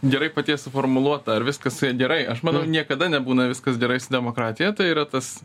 gerai paties suformuluota ar viskas su ja gerai aš manau niekada nebūna viskas gerai su demokratija tai yra tas